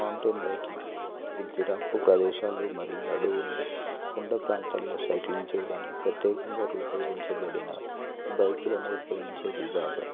mountain biking ఇది rough ప్రదేశాలు మరియు అడవులు కొండ ప్రాంతాల్లో సైక్లింగ్ చెయ్యడానికి ప్రత్యేకంగా రూపొందించబడిన బైకులను ఉపయోగించే విభాగం